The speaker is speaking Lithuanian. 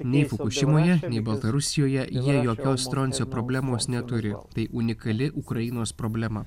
nei fukušimoje nei baltarusijoje jie jokios stroncio problemos neturėjo tai unikali ukrainos problema